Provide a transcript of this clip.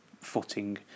footing